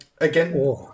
again